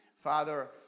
Father